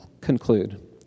conclude